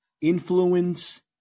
influence